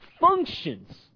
functions